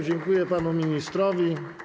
Dziękuję panu ministrowi.